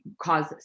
cause